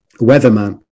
weatherman